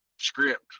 script